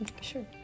Sure